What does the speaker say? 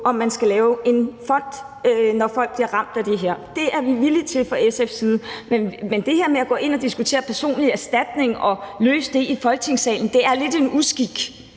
om man skal lave en fond, i forhold til når folk bliver ramt af det her. Det er vi villige til fra SF's side. Men det her med at gå ind og diskutere personlig erstatning og løse det i Folketingssalen er lidt en uskik,